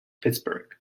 pittsburgh